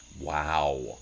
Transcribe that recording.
Wow